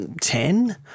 ten